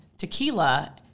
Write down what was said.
Tequila